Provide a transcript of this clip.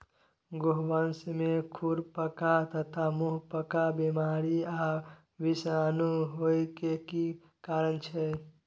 गोवंश में खुरपका तथा मुंहपका बीमारी आ विषाणु होय के की कारण छै?